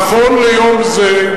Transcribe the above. נכון ליום זה,